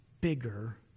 bigger